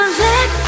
let